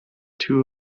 two